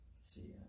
see